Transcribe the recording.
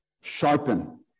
sharpen